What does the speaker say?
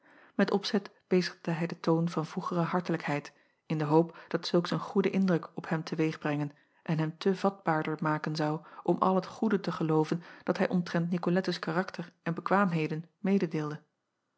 et opzet bezigde hij den toon van vroegere hartelijkheid in de hoop dat zulks een goeden indruk op hem te weeg brengen en hem te vatbaarder maken zou om al het goede te gelooven dat hij omtrent icolettes karakter en bekwaamheden mededeelde